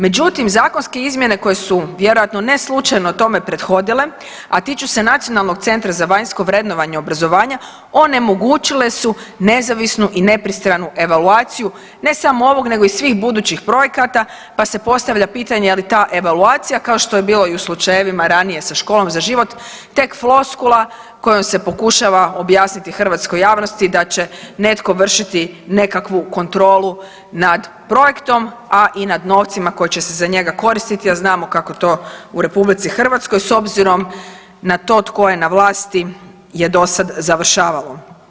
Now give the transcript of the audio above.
Međutim, zakonske izmjene koje su vjerojatno ne slučajno tome prethodile, a tiču se Nacionalnog centra za vanjsko vrednovanje obrazovanja onemogućile su nezavisnu i nepristranu evaluaciju ne samo ovog nego i svih budućih prijekata pa se postavlja pitanje je ta evaluacija kao što je bilo i u slučajevima ranije sa školom za život tek floskula kojom se pokušava objasniti hrvatskoj javnosti da će neto vršiti nekakvu kontrolu nad projektom, a i nad novcima koji će se za njega koristiti, a znamo kako to u RH s obzirom na to tko je na vlasti je dosada završavalo.